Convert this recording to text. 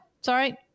sorry